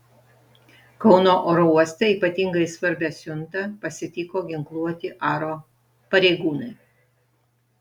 kauno oro uoste ypatingai svarbią siuntą pasitiko ginkluoti aro pareigūnai